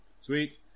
Sweet